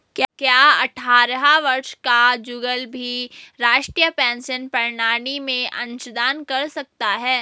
क्या अट्ठारह वर्ष का जुगल भी राष्ट्रीय पेंशन प्रणाली में अंशदान कर सकता है?